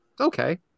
Okay